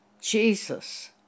Jesus